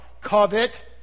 Covet